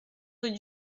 rue